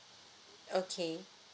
okay